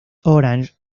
orange